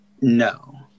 No